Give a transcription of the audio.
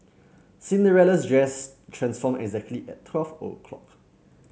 Cinderella's dress transformed exactly at twelve o'clock